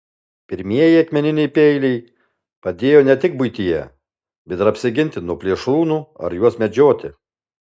pirmieji akmeniniai peiliai padėjo ne tik buityje bet ir apsiginti nuo plėšrūnų ar juos medžioti